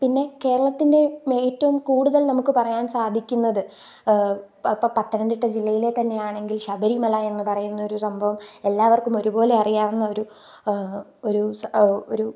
പിന്നെ കേരളത്തിൻ്റെ ഏറ്റവും കൂടുതൽ നമുക്ക് പറയാൻ സാധിക്കുന്നത് ഇപ്പം പത്തനംതിട്ട ജില്ലയിലെ തന്നെയാണെങ്കിൽ ശബരിമല എന്ന് പറയുന്നൊരു സംഭവം എല്ലാവർക്കും ഒരുപോലെ അറിയാവുന്നൊരു ഒരു ഒരു